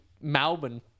Melbourne